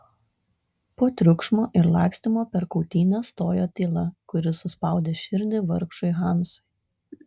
po triukšmo ir lakstymo per kautynes stojo tyla kuri suspaudė širdį vargšui hansui